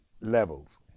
levels